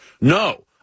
No